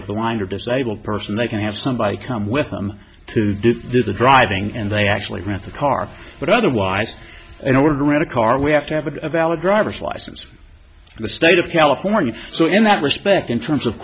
a the rider disabled person they can have somebody come with them to do the driving and they actually with a car but otherwise in order to rent a car we have to have a valid driver's license the state of california so in that respect in terms of